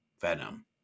Venom